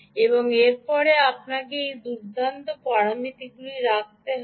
এবং এর পরে আপনাকে সেই দুর্দান্ত পরামিতিগুলি রাখতে হবে